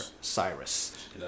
Cyrus